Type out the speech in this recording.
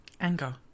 Anger